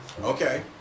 Okay